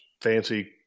fancy